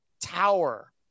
tower